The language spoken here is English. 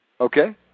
Okay